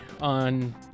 on